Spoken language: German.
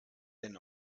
denn